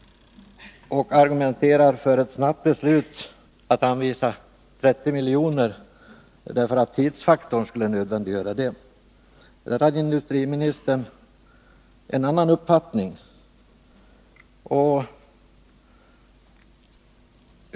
Hon argumenterar för ett snabbt beslut att anvisa 30 milj.kr., därför att tidsfaktorn skulle nödvändiggöra det. Om detta hade industriministern en annan uppfattning.